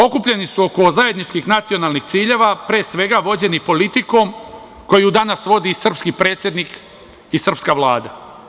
Okupljeni su oko zajedničkih nacionalnih ciljeva, pre svega vođeni politikom koju danas vodi srpski predsednik i srpska Vlada.